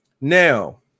now